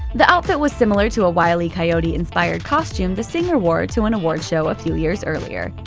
the outfit was similar to a wile e. coyote-inspired costume the singer wore to an awards show a few years earlier.